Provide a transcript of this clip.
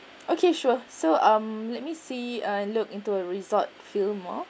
okay sure so um let me see ah look into a resort feel more